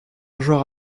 genre